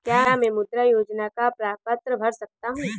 क्या मैं मुद्रा योजना का प्रपत्र भर सकता हूँ?